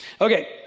Okay